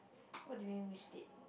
what do you mean which date